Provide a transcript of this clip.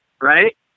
Right